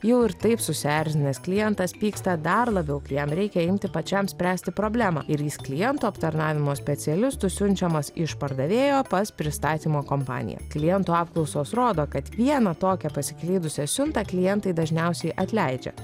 jau ir taip susierzinęs klientas pyksta dar labiau kai jam reikia imti pačiam spręsti problemą ir jis klientų aptarnavimo specialistų siunčiamas iš pardavėjo pas pristatymo kompaniją klientų apklausos rodo kad vieną tokią pasiklydusią siuntą klientai dažniausiai atleidžia